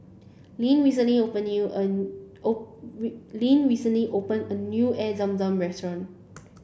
lyn recently opened new a lyn recently opened a new Air Zam Zam restaurant